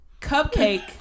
Cupcake